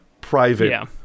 private